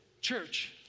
Church